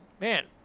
Man